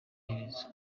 iherezo